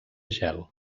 gel